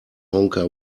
honker